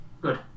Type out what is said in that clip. Good